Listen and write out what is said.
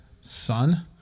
son